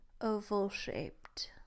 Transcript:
oval-shaped